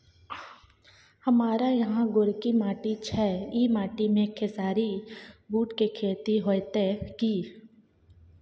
हमारा यहाँ गोरकी माटी छै ई माटी में खेसारी, बूट के खेती हौते की?